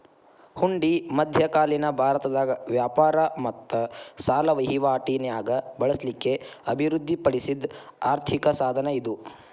ಹುಂಡಿ ಮಧ್ಯಕಾಲೇನ ಭಾರತದಾಗ ವ್ಯಾಪಾರ ಮತ್ತ ಸಾಲ ವಹಿವಾಟಿ ನ್ಯಾಗ ಬಳಸ್ಲಿಕ್ಕೆ ಅಭಿವೃದ್ಧಿ ಪಡಿಸಿದ್ ಆರ್ಥಿಕ ಸಾಧನ ಇದು